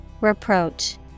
Reproach